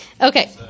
okay